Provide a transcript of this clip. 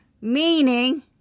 meaning